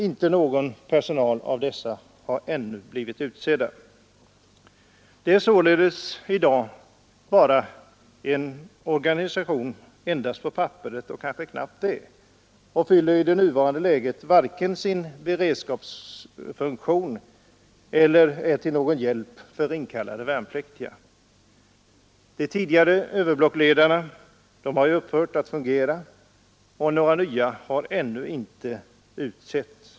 Ingen av dessa funktionärer har ännu blivit utsedd. Det är således i dag en organisation endast på papperet och kanske knappast det. I det nuvarande läget kan den varken fylla sin beredskapsfunktion eller vara till någon hjälp för inkallade värnpliktiga. De tidigare överblockledarna har upphört att fungera, och några nya har ännu inte utsetts.